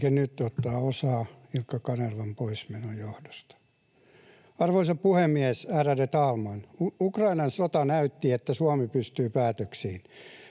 Liike Nyt ottaa osaa Ilkka Kanervan poismenon johdosta. Arvoisa puhemies, ärade talman! Ukrainan sota näytti, että Suomi pystyy päätöksiin.